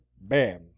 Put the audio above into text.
bam